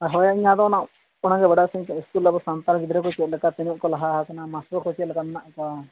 ᱦᱳᱭ ᱚᱱᱟᱫᱚ ᱚᱱᱟᱜᱮ ᱵᱟᱰᱟᱭ ᱥᱟᱱᱟᱧ ᱠᱟᱱᱟ ᱥᱠᱩᱞ ᱫᱚ ᱟᱵᱚ ᱥᱟᱱᱛᱟᱲ ᱜᱤᱫᱽᱨᱟᱹ ᱠᱚ ᱪᱮᱫ ᱞᱮᱠᱟ ᱛᱤᱱᱟᱹᱜ ᱠᱚ ᱞᱟᱦᱟ ᱟᱠᱟᱱᱟ ᱢᱟᱥᱴᱟᱨ ᱠᱚ ᱪᱮᱫ ᱞᱮᱠᱟ ᱢᱮᱱᱟᱜ ᱠᱚᱣᱟ